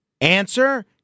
Answer